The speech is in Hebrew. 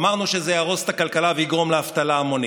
אמרנו שזה יהרוס את הכלכלה ויגרום לאבטלה המונית.